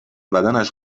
بدنش